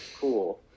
cool